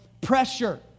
pressure